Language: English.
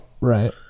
right